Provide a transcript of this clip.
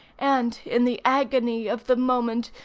and, in the agony of the moment,